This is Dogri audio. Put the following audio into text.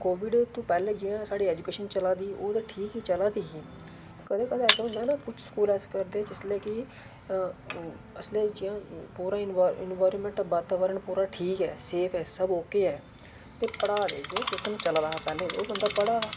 कोविड तूं पैह्ले जेह्ड़ी साढ़ी एजूकेशन चलै दी ही ओह् ते ठीक गै चला दी ही कदें कदें ऐसा होंदा ना कुछ स्कूल ऐसा करदे कि जिसलै कि जियां पूरे इनवाय्र इनवायर्नमेंटॉ वातावरण पूरा ठीक ऐ सेफ ऐ सब ओके ऐ ते पढ़ा दे जियां पैह्ले सिस्टम चला दा हा पैह्लें ओह् बंदा पढ़ा दा